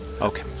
Okay